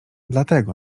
dlatego